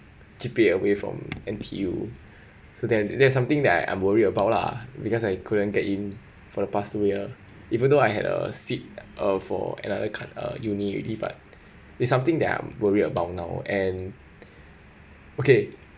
G_P_A away from N_T_U so then there's something that I am worried about lah because I couldn't get in for the past two years even though I had a seat uh for another car~ uh uni already but it's something that I'm worried about now and okay